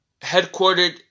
headquartered